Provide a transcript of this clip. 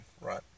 right